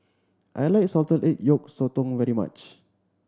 I like salted egg yolk sotong very much